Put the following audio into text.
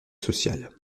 sociales